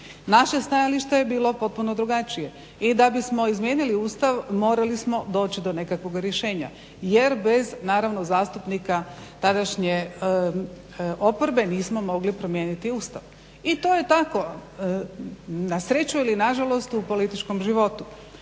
Naše stajalište je bilo potpuno drugačije i da bismo izmijenili Ustav morali smo doći do nekakvoga rješenja jer bez naravno zastupnika tadašnje oporbe nismo mogli promijeniti Ustav. I to je tako, nasreću ili nažalost u političkom životu.